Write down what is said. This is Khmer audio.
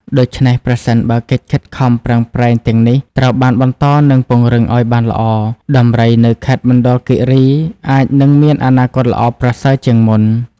ដូច្នេះប្រសិនបើកិច្ចខិតខំប្រឹងប្រែងទាំងនេះត្រូវបានបន្តនិងពង្រឹងឲ្យបានល្អ ដំរីនៅខេត្តមណ្ឌលគិរីអាចនឹងមានអនាគតល្អប្រសើរជាងមុន។